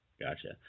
Gotcha